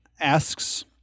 asks